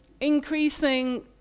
Increasing